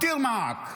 להלן תרגומם:)